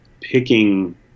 picking